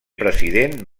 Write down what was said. president